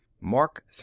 Mark